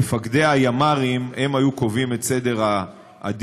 מפקדי הימ"רים, הם היו קובעים את סדר העדיפויות.